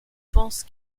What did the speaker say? pensent